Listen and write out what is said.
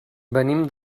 venim